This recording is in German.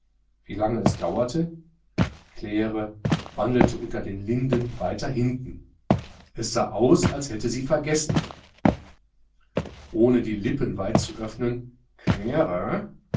wie lange es dauerte die claire wandelte unter den linden weiter hinten es sah aus als hätte sie vergessen ohne die lippen weit zu öffnen claire